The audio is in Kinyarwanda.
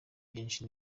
ryinshi